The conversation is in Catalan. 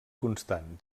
constant